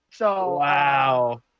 Wow